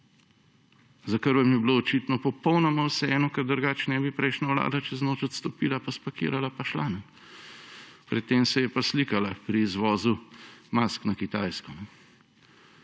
kar vam je bilo očitno popolnoma vseeno, ker drugače ne bi prejšnja vlada čez noč odstopila pa spakirala pa šla. Pred tem se je pa slikala pri izvozu mask na Kitajsko